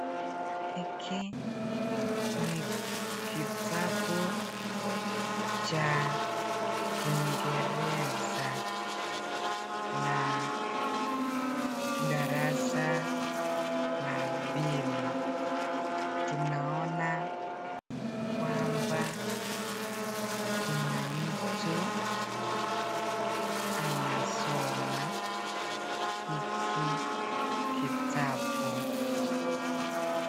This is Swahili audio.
Hiki ni kitabu cha Kiingereza la darasa la pili. Tunaona kwamba kuna mtu anasoma hiki kitabu.